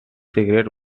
secret